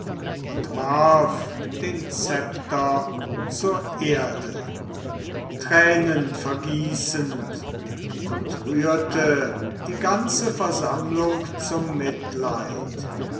und warf den zepter zur erde tränenvergießend und rührte die ganze versammlung zum mitleid